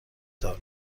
دار